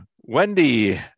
Wendy